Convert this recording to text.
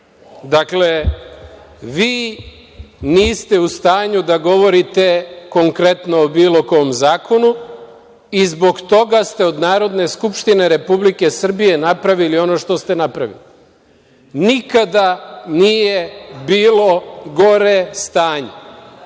reč. Dakle, vi niste u stanju da govorite konkretno o bilo kom zakonu i zbog toga ste od Narodne skupštine Republike Srbije napravili ono što ste napravili. Nikada nije bilo gore stanje.